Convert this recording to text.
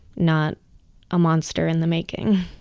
not a monster in the making